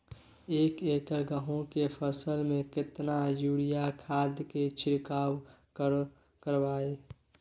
एक एकर गेहूँ के फसल में केतना यूरिया खाद के छिरकाव करबैई?